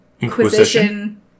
Inquisition